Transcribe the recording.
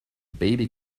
baby